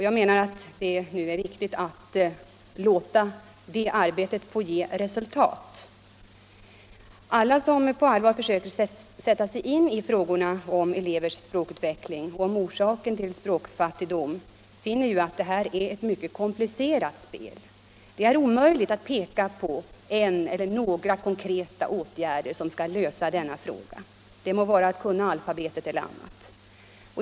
Jag menar att det nu är viktigt att låta det arbetet ge resultat. Alla de som på allvar försöker sätta sig in i frågorna om elevers språkutveckling och om orsaken till språkfattigdom finner, att detta är ett mycket komplicerat spel. Det är omöjligt att peka på en eller några få konkreta åtgärder som skall lösa problemen, det må gälla behärskandet av alfabetet eller annat.